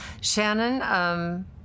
Shannon